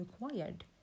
required